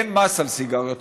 אין מס על סיגריות,